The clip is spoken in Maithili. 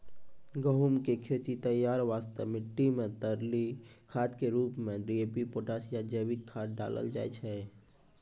गहूम के खेत तैयारी वास्ते मिट्टी मे तरली खाद के रूप मे डी.ए.पी पोटास या जैविक खाद डालल जाय छै